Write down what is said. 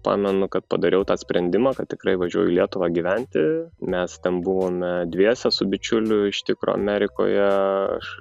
pamenu kad padariau tą sprendimą kad tikrai važiuoju į lietuvą gyventi mes ten buvome dviese su bičiuliu iš tikro amerikoje aš